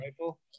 rifle